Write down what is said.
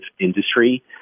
industry